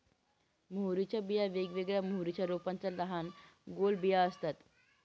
मोहरीच्या बिया वेगवेगळ्या मोहरीच्या रोपांच्या लहान गोल बिया असतात